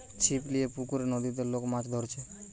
ছিপ লিয়ে পুকুরে, নদীতে লোক মাছ ধরছে